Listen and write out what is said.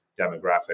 demographic